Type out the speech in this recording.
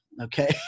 okay